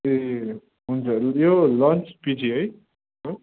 ए हुन्छ हजुर यो लन्च पछि है हो